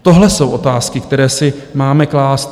Tohle jsou otázky, které si máme klást